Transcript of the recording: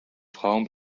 frauen